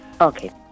Okay